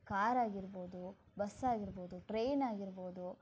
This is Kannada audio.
ಕಾರ್ ಆಗಿರ್ಬೋದು ಬಸ್ ಆಗಿರ್ಬೋದು ಟ್ರೈನ್ ಆಗಿರ್ಬೋದು